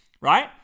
right